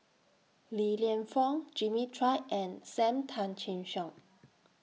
Li Lienfung Jimmy Chua and SAM Tan Chin Siong